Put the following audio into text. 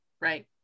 Right